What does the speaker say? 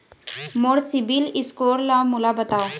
मोर CIBIL score ला मोला बताव?